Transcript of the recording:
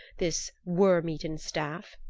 this worm-eaten staff.